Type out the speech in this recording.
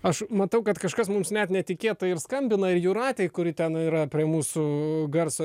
aš matau kad kažkas mums net netikėtai ir skambina jūratei kuri ten yra prie mūsų garso